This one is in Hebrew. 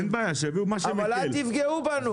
אבל אל תפגעו בנו'.